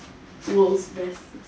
who will best